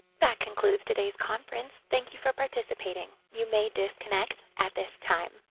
that concludes today's conference. thank you for participating. you may disconnect at this time.